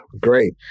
Great